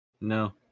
No